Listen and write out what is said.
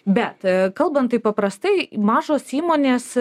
bet kalbant taip paprastai mažos įmonės